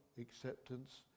acceptance